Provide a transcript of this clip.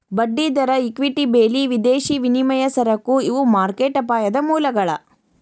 ಬಡ್ಡಿದರ ಇಕ್ವಿಟಿ ಬೆಲಿ ವಿದೇಶಿ ವಿನಿಮಯ ಸರಕು ಇವು ಮಾರ್ಕೆಟ್ ಅಪಾಯದ ಮೂಲಗಳ